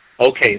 Okay